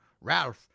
Ralph